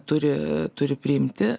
turi turi priimti